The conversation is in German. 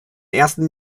ersten